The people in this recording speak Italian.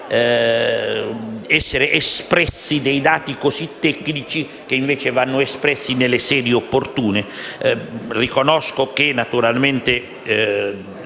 essere espressi dati così tecnici che invece vanno trattati nelle sedi opportune. Riconosco, naturalmente,